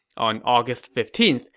on august fifteen,